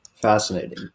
Fascinating